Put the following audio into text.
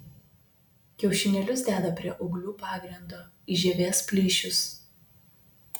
kiaušinėlius deda prie ūglių pagrindo į žievės plyšius